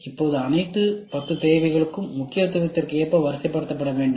இப்போது அனைத்து 10 தேவைகளுக்கும் முக்கியத்துவத்திற்கேற்ப வரிசைப்படுத்தப்பட்ட வேண்டும்